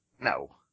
No